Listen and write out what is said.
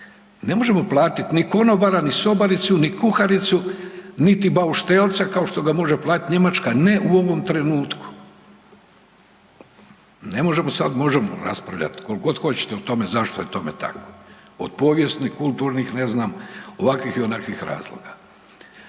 Ne možemo platiti ni konobara, ni sobaricu, ni kuharicu, niti bauštelca kao što ga može platiti Njemačka, ne u ovom trenutku. Ne možemo sad, možemo raspravljat koliko god hoćete o tome zašto je tome tako od povijesnih, kulturnih ne znam, ovakvih ili onakvih razloga.